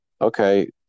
Okay